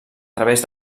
través